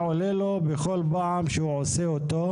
בכל פעם שהוא עושה את זה,